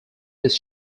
his